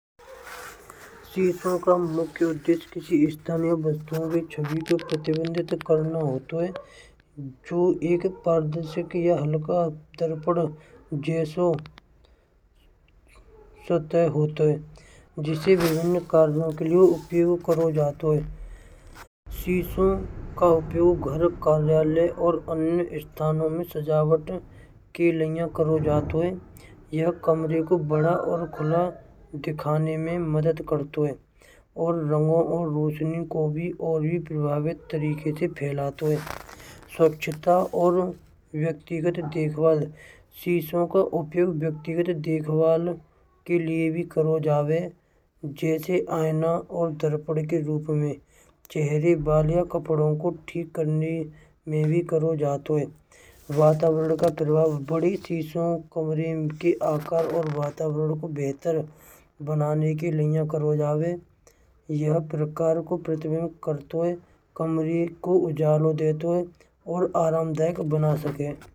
शीशों का मुखिया उपदेश किसी स्थानी बालकन के छवि प्रतिबंधित कराना होतो है। जो एक आदर्श किया हलका दर्पन जैसो सत्य होतै। जैसे विभिन्न कामरो के लिए प्रयोग कियो जात है। यह तो शीशों का उपयोग घर कार्यालय और अन्य स्थान में सजावट में करो जाते हैं। यह कमरे को बड़ा और खुला दिखाने में मदद करते हैं। और रंग और रोशनी को भी और भी प्रभावित करते हैं। यह स्वच्छता और व्यक्तित्व देखभाल शीशु का उपयोग व्यक्तिगत देखभाल के लिए भी करो जावै। जैसे और दर्पण के रूप माईं शहरी बली कपड़ों को ठीक करने में भी करो जातो है। वातावरण का प्रभाव बड़े शीशों कमरे को आकार और वातावरण को बेहतर बनाने के लिए करो जावै। यह प्रकार को प्रतिबिंब करतो है।